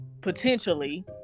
potentially